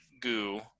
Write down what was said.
goo